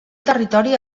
territori